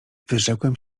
wyrzekłem